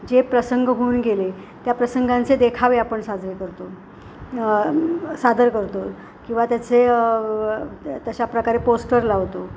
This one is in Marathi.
जे प्रसंग होऊन गेले त्या प्रसंगांचे देखावे आपण साजरे करतो सादर करतो किंवा त्याचे तशाप्रकारे पोस्टर लावतो